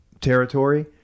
territory